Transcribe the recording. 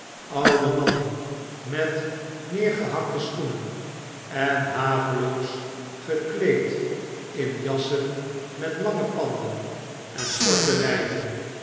oude mannen metneergehakte schoenen en haveloos gekleed in jassen met lange panden en korte lyven